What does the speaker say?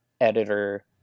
editor